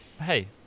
hey